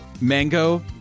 Mango